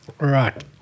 Right